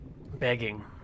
begging